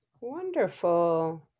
wonderful